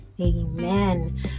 amen